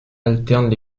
alternent